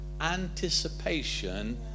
anticipation